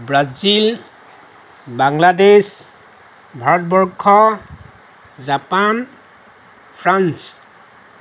Brazil Bangladesh Bharatvarsha Japan France